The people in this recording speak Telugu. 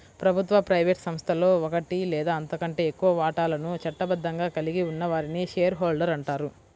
ప్రభుత్వ, ప్రైవేట్ సంస్థలో ఒకటి లేదా అంతకంటే ఎక్కువ వాటాలను చట్టబద్ధంగా కలిగి ఉన్న వారిని షేర్ హోల్డర్ అంటారు